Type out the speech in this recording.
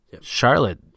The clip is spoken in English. Charlotte